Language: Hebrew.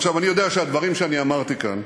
עכשיו, אני יודע שהדברים שאני אמרתי כאן,